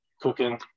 cooking